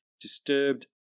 Disturbed